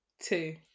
two